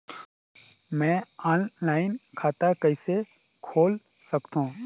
मैं ऑनलाइन खाता कइसे खोल सकथव?